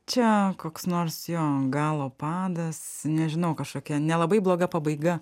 čia koks nors jo galo padas nežinau kažkokia nelabai bloga pabaiga